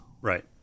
Right